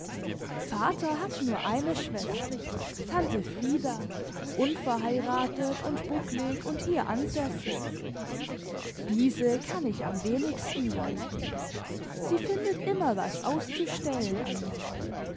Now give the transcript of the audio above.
vater hat nur eine schwester tante frieda unverheiratet und bucklig und hier ansässig diese kann ich am wenigsten leiden sie findet immer was auszustellen an mir